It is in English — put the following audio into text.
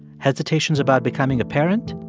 hesitations about becoming a parent?